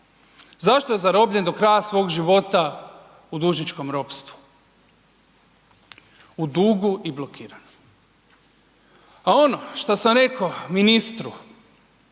Zašto je zarobljen do kraja svog života u dužničkom ropstvu, u dugu i blokiran? A ono šta sam rekao ministru